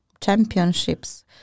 championships